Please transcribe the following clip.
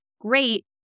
great